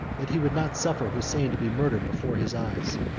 that he would not suffer hosein to be murdered before his eyes